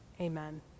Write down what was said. Amen